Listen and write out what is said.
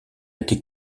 était